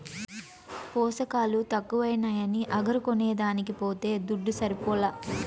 పోసకాలు తక్కువైనాయని అగరు కొనేదానికి పోతే దుడ్డు సరిపోలా